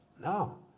No